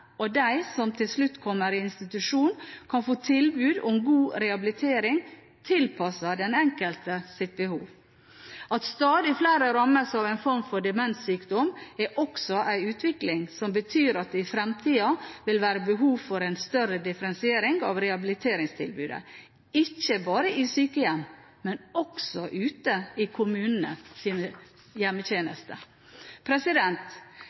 og de som til slutt kommer i institusjon, kan få tilbud om god rehabilitering tilpasset den enkeltes behov. At stadig flere rammes av en form for demenssykdom, er også en utvikling som betyr at det i fremtiden vil være behov for en større differensiering av rehabiliteringstilbudet, ikke bare i sykehjemmene, men også ute i